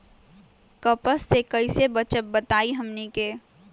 कपस से कईसे बचब बताई हमनी के?